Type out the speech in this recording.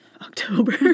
October